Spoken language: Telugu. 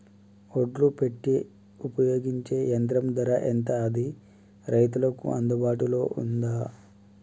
ఒడ్లు పెట్టే ఉపయోగించే యంత్రం ధర ఎంత అది రైతులకు అందుబాటులో ఉందా?